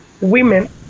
women